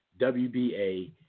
WBA